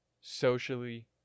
socially